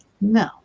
No